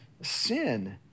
sin